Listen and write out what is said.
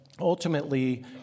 ultimately